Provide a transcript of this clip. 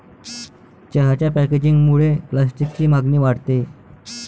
चहाच्या पॅकेजिंगमुळे प्लास्टिकची मागणी वाढते